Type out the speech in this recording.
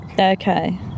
Okay